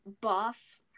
buff